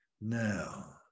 now